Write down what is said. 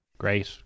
Great